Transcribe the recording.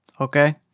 Okay